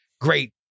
great